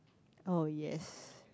oh yes